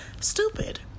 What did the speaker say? stupid